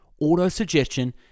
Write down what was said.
Auto-suggestion